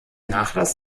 nachlass